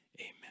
Amen